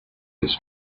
his